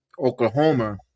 Oklahoma